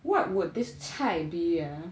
what would this 菜 be ah